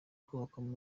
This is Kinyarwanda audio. kubakwa